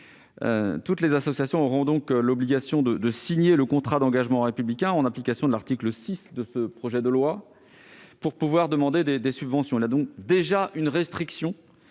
Toutes les associations auront donc l'obligation de signer le contrat d'engagement républicain, en application de l'article 6 du présent projet de loi, pour pouvoir solliciter des subventions. Le texte prévoit donc déjà de limiter